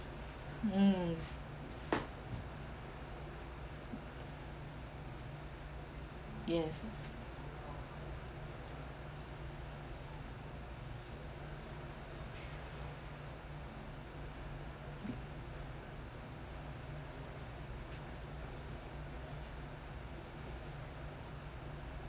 mm yes